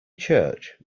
church